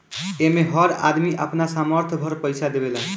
एमे हर आदमी अपना सामर्थ भर पईसा देवेला